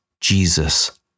Jesus